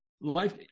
life